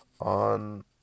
on